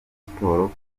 sports